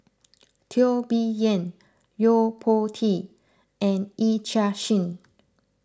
Teo Bee Yen Yo Po Tee and Yee Chia Hsing